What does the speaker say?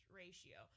ratio